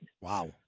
Wow